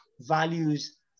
values